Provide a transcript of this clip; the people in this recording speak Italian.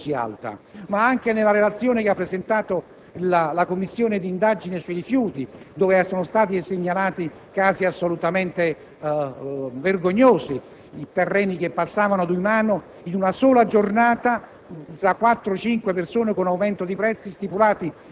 quel fenomeno, ha avuto quella responsabilità così alta, ma anche nella relazione presentata dalla Commissione di indagine sui rifiuti, dove sono stati segnalati casi vergognosi: terreni che passano di mano in una sola giornata